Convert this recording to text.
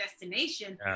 destination